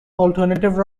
alternative